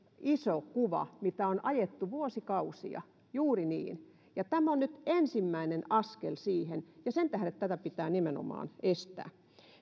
iso kuva mitä on ajettu vuosikausia juuri niin eli tämä on nyt ensimmäinen askel siihen ja sen tähden tämä pitää nimenomaan estää